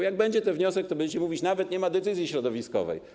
Jak będzie ten wniosek, to będziecie mówić: nawet nie ma decyzji środowiskowej.